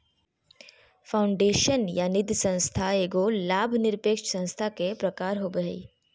foundation या निधिसंस्था एगो लाभ निरपेक्ष संस्था के प्रकार होवो हय